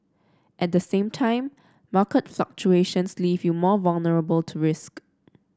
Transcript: at the same time market fluctuations leave you more vulnerable to risk